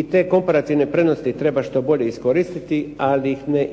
I te komparativne prednosti treba što bolje iskoristiti, ali ih ne